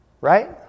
right